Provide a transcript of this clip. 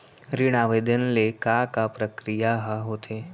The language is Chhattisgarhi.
ऋण आवेदन ले के का का प्रक्रिया ह होथे?